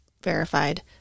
verified